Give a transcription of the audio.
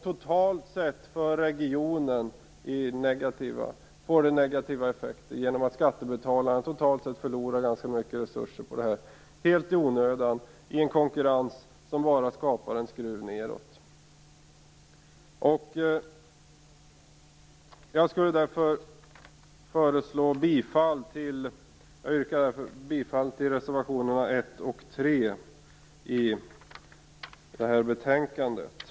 Totalt sett får det negativa effekter för regionen genom att skattebetalarna - helt i onödan och i en konkurrens som bara skapar en skruv nedåt - förlorar ganska mycket resurser på detta. Mot den bakgrunden yrkar jag bifall till reservationerna 1 och 3 i betänkandet.